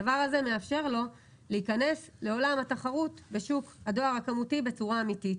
הדבר הזה מאפשר לו להיכנס לעולם התחרות בשוק הדואר הכמותי בצורה אמיתית.